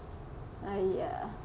!aiya!